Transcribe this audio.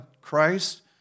Christ